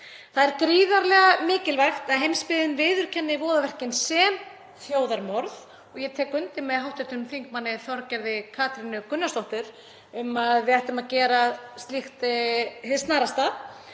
Það er gríðarlega mikilvægt að heimsbyggðin viðurkenni voðaverkin sem þjóðarmorð og ég tek undir með hv. þm. Þorgerði Katrínu Gunnarsdóttur um að við ættum að gera það hið snarasta.